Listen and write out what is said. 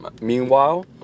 meanwhile